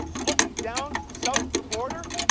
looking down to the south of the border,